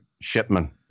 Shipman